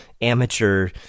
amateur